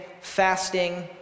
fasting